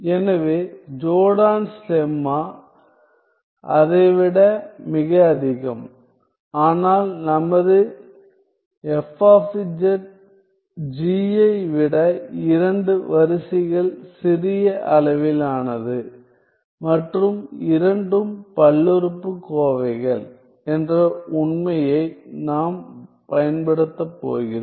எனவே Jordan's lemma அதை விட மிக அதிகம் ஆனால் நமது F G ஐ விட இரண்டு வரிசைகள் சிறிய அளவிலானது மற்றும் இரண்டும் பல்லுறுப்புக்கோவைகள் என்ற உண்மையை நாம் பயன்படுத்தப் போகிறோம்